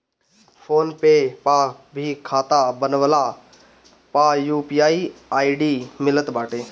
phone पे पअ भी खाता बनवला पअ यू.पी.आई आई.डी मिलत बाटे